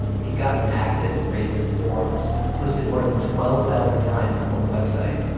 he'd gotten active in racist forums, posted more than twelve thousand times on one website,